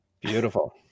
Beautiful